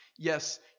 Yes